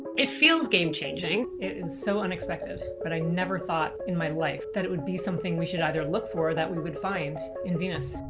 it feels game-changing. it is and so unexpected, but i never thought in my life that it would be something we should either look for, or that we would find in venus.